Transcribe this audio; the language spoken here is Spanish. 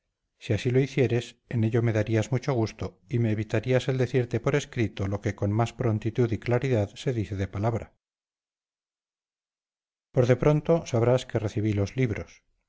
si así lo hicieres en ello me darías mucho gusto y me evitarías el decirte por escrito lo que con más prontitud y claridad se dice de palabra por de pronto sabrás que recibí los libros